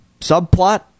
subplot